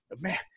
man